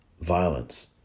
violence